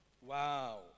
Wow